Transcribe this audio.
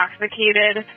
intoxicated